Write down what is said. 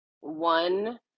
one